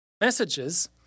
messages